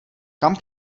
kam